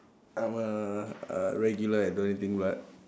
I'm a uh regular at donating blood